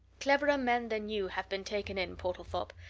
cleverer men than you have been taken in, portlethorpe,